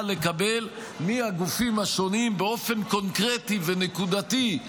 לקבל מהגופים השונים באופן קונקרטי ונקודתי,